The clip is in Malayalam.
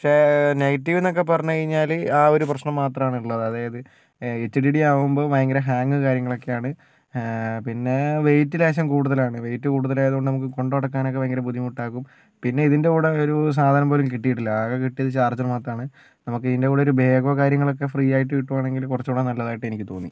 പക്ഷേ നെഗറ്റിവ് എന്നൊക്കെ പറഞ്ഞ് കഴിഞ്ഞാല് ആ ഒരു പ്രശ്നം മാത്രമാണ് ഉള്ളത് അതായത് എച്ച് ഡി ഡി ആകുമ്പോൾ ഭയങ്കര ഹാങ്ങ് കാര്യങ്ങളൊക്കെയാണ് പിന്നെ വെയിറ്റ് ലേശം കൂടുതലാണ് വെയിറ്റ് കൂടുതലായതു നമുക്ക് കൊണ്ട് നടക്കാനൊക്കെ ഭയങ്കര ബുദ്ധിമുട്ടാകും പിന്നെ ഇതിൻ്റെ കൂടെ ഒരു സാധനം പോലെ കിട്ടിയിട്ടില്ല ആകെ കിട്ടിയത് ചാർജർ മാത്രമാണ് നമുക്ക് ഇതിൻ്റെ കൂടെ ഒരു ബാഗോ കാര്യങ്ങളൊക്കെ ഫ്രീ ആയിട്ട് കിട്ടുകയാണെങ്കില് കുറച്ചും കൂടെ നല്ലതായിട്ട് എനിക്ക് തോന്നി